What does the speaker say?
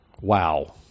Wow